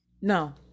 No